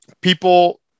people